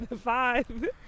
five